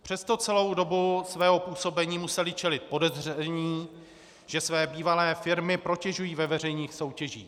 Přesto celou dobu svého působení museli čelit podezření, že své bývalé firmy protežují ve veřejných soutěžích.